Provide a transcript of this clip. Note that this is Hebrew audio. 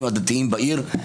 הדתיים בעיר,